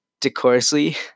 decorously